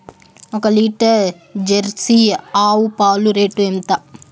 ఒక litre jersey ఆవు పాలు రేటు ఎంత?